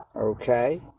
Okay